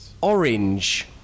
Orange